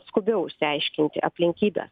skubiau išsiaiškinti aplinkybes